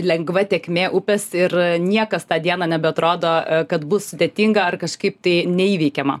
lengva tėkmė upės ir niekas tą dieną nebeatrodo kad bus sudėtinga ar kažkaip tai neįveikiama